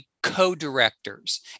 co-directors